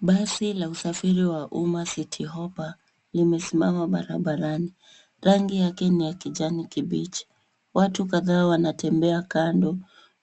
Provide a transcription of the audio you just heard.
Basi la usafiri wa umma Citi Hoppa limesimama barabarani. Rangi yake ni ya kijani kibichi. Watu kadhaa wanatembea kando.